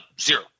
zero